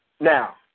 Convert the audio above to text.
Now